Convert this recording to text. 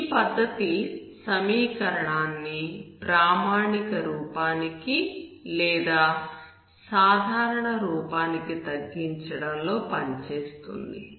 ఈ పద్ధతి సమీకరణాన్ని ప్రామాణిక రూపానికి లేదా సాధారణ రూపానికి తగ్గించడం లో పనిచేస్తుంది